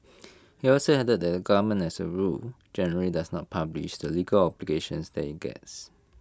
he also added that the government as A rule generally does not publish the legal that IT gets